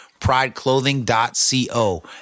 prideclothing.co